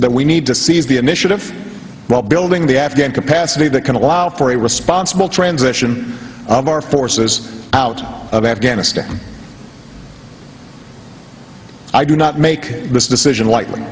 that we need to seize the initiative while building the afghan capacity that can allow for a responsible transition of our forces out of afghanistan i do not make this decision lightly